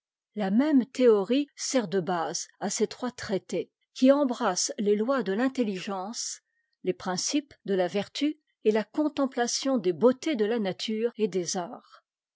la même théorie sert de base à ces trois traités qui embrassent les lois de l'intelligence les principes de la vertu et la contemplation des beautés de la nature et des arts